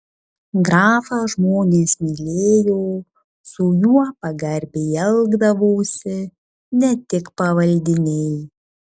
grafą žmonės mylėjo su juo pagarbiai elgdavosi ne tik pavaldiniai